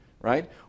right